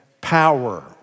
power